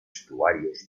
estuarios